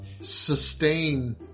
sustain